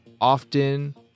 often